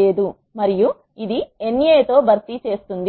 లేదు మరియు ఇది NA తో భర్తీ చేస్తుంది